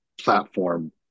platform